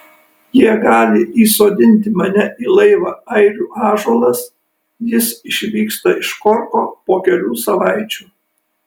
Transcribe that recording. jie gali įsodinti mane į laivą airių ąžuolas jis išvyksta iš korko po kelių savaičių